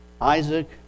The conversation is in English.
Isaac